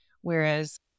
Whereas